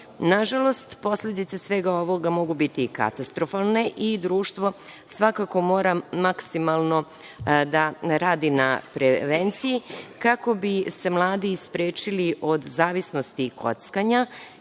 Nažalost, posledice svega ovoga mogu biti katastrofalne i društvo svakako mora maksimalno da radi na prevenciji kako bi se mladi sprečili od zavisnosti i kockanja,